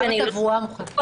גם התברואה מוחרגת.